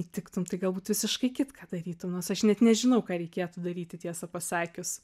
įtiktum tai galbūt visiškai kitką darytum nors aš net nežinau ką reikėtų daryti tiesą pasakius